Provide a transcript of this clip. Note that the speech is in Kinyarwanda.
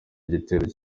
igitero